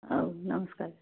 ହଉ ନମସ୍କାର